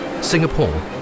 Singapore